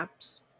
apps